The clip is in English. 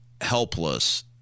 helpless